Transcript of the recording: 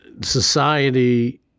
society